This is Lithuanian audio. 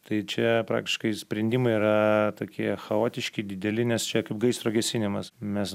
tai čia praktiškai sprendimai yra tokie chaotiški dideli nes čia kaip gaisro gesinimas mes